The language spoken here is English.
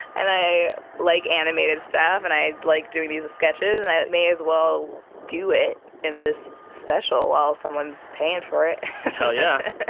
and i like animated stuff, and i like doing these as sketches, and i may as well do it in this special while someone's paying for it hell, yeah, yeah.